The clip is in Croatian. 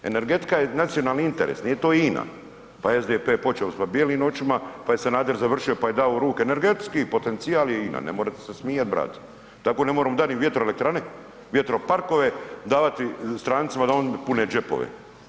Energetika je nacionalni interes, nije to INA pa je SDP počeo sa bijelim noćima, pa je Sanader završio pa je dao u ruke, energetski potencijal je INA, ne morate se smijat … tako ne moramo dati ni vjetroelektrane, vjetroparkove davati strancima da oni pune džepove.